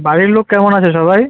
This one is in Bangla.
বাড়ির লোক কেমন আছে সবাই